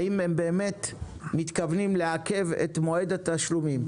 האם הם באמת מתכוונים לעכב את מועד התשלומים?